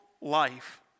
life